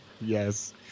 Yes